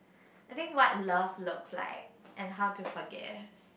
I think what love looks like and how to forgive